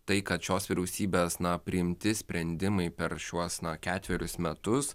tai kad šios vyriausybės na priimti sprendimai per šiuos ketverius metus